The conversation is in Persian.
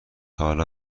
حالا